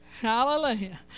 Hallelujah